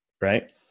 right